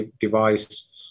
device